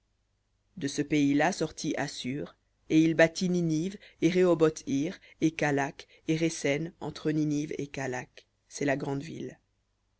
de ce pays-là sortit assur et il bâtit ninive et rehoboth ir et calakh et résen entre ninive et calakh c'est la grande ville